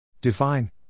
Define